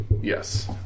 yes